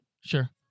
Sure